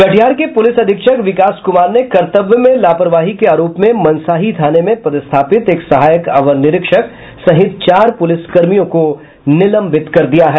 कटिहार के पूलिस अधीक्षक विकास कुमार ने कर्तव्य में लापरवाही के आरोप में मनसाही थाने में पदस्थापित एक सहायक अवर निरीक्षक सहित चार पुलिसकर्मियों को निलंबित कर दिया है